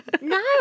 No